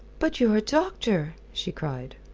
but you're a doctor! she cried.